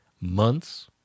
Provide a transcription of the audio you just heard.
months